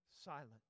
silent